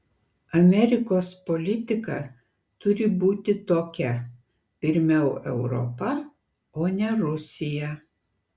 amerikos politika turi būti tokia pirmiau europa o ne rusija